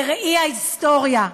בראי ההיסטוריה,